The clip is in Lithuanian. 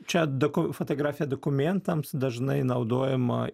čia doku fotografija dokumentams dažnai naudojama